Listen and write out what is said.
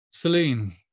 Celine